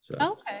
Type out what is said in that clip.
Okay